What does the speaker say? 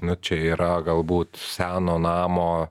nu čia yra galbūt seno namo